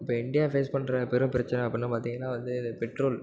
இப்போ India face பண்ணுற பெரும் பிரச்சனை அப்படின்னு பார்த்திங்கன்னா வந்து இது பெட்ரோல்